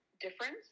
difference